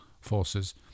forces